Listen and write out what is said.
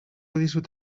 dizut